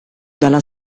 dalla